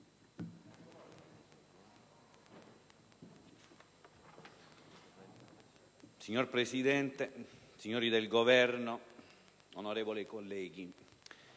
Signora Presidente, signori del Governo, onorevoli colleghi,